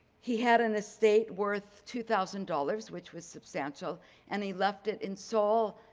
he had an estate worth two thousand dollars, which was substantial and he left it in sole,